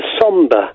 somber